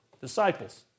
Disciples